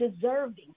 deserving